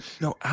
No